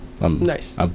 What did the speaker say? nice